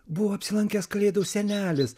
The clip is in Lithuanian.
buvo apsilankęs kalėdų senelis